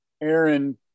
Aaron